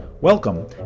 Welcome